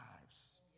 lives